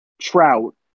trout